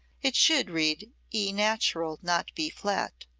it should read b natural, not b flat.